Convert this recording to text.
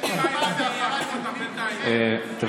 זו